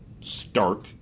stark